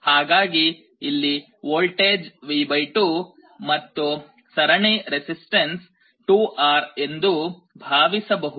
ಹಾಗಾಗಿ ಇಲ್ಲಿ voltage V2 ಮತ್ತು ಸರಣಿ ರೆಸಿಸ್ಟನ್ಸ್ 2R ಎಂದು ಭಾವಿಸಬಹುದು